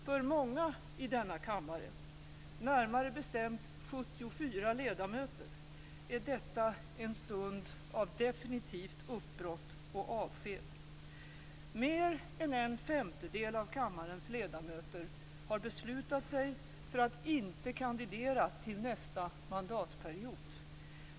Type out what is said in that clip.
För många i denna kammare - närmare bestämt 74 ledamöter - är detta en stund av definitivt uppbrott och avsked. Mer än en femtedel av kammarens ledamöter har beslutat sig för att inte kandidera till nästa mandatperiod.